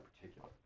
particular